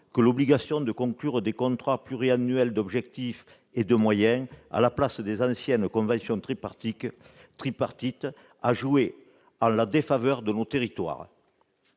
que l'obligation de conclure des contrats pluriannuels d'objectifs et de moyens, à la place des anciennes conventions tripartites, a joué en la défaveur de nos territoires.